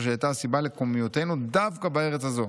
שהייתה הסיבה לקיומיותנו דווקא בארץ הזו.